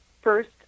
first